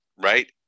Right